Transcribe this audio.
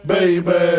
Baby